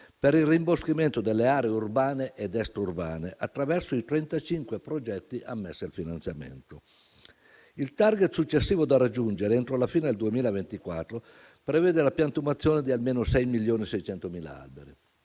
per il rimboschimento delle aree urbane ed extraurbane, attraverso i 35 progetti ammessi a finanziamento. Il *target* successivo da raggiungere entro la fine del 2024 prevede la piantumazione di almeno 6,6 milioni di alberi.